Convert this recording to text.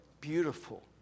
beautiful